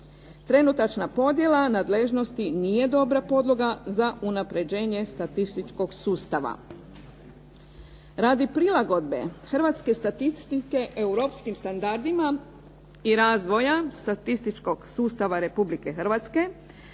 Trenutačna podjela nadležnosti nije dobra podloga za unapređenje statističkog sustava. Radi prilagodbe hrvatske statistike europskim standardima i razvoja statističkog sustava Republike Hrvatske